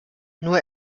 nur